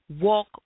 walk